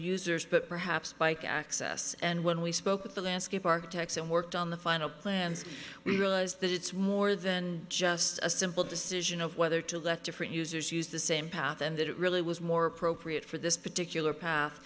users but perhaps bike access and when we spoke with the landscape architects and worked on the final plans we realize that it's more than just a simple decision of whether to let different users use the same path and that it really was more appropriate for this particular path